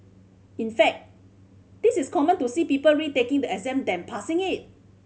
in fact this is common to see people retaking the exam than passing it